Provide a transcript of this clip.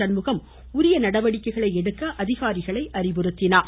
சண்முகம் உரிய நடவடிக்கைகள் எடுக்க அதிகாரிகளை அறிவுறுத்தினார்